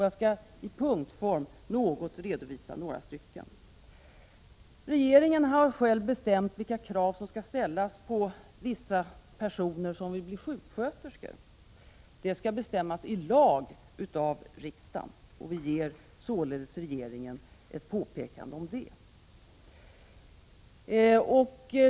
Jag skall redovisa några av dessa punkter. Regeringen har själv bestämt vilka krav som skall ställas på vissa personer som vill bli sjuksköterskor. Det skall bestämmas i lag av riksdagen. Vi ger således regeringen ett påpekande om detta.